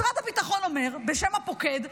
משרד הביטחון, בשם הפוקד,